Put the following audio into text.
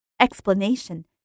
Explanation